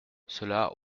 cela